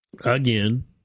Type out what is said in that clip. again